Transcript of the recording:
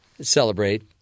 celebrate